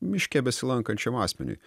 miške besilankančiam asmeniui